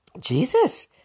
Jesus